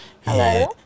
Hello